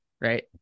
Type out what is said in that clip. right